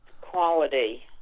quality